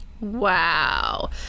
Wow